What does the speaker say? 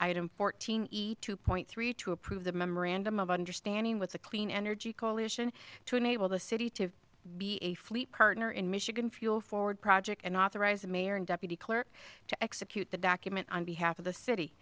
imported two point three to approve the memorandum of understanding with the clean energy coalition to enable the city to be a fleet partner in michigan fuel forward project and authorized the mayor and deputy clerk to execute the document on behalf of the city